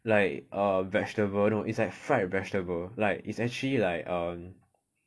like a vegetable no it's like fried vegetable like it's actually like um